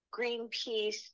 Greenpeace